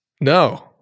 No